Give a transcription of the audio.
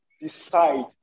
decide